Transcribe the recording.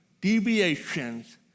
Deviations